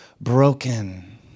broken